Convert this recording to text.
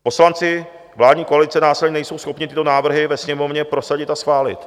Poslanci vládní koalice následně nejsou schopni tyto návrhy ve Sněmovně prosadit a schválit.